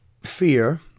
fear